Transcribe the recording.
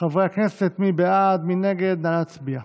התשפ"ב 2022, לוועדת החוקה, חוק ומשפט נתקבלה.